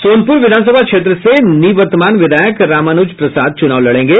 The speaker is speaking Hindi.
सोनपुर विधानसभा क्षेत्र से वर्तमान विधायक रामानुज प्रसाद चुनाव लड़ेंगे